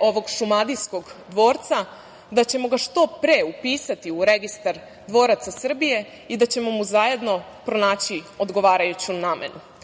ovog šumadijskog dvorca, da ćemo ga što pre upisati u Registar dvoraca Srbije i da ćemo mu zajedno pronaći odgovarajuću namenu. Kao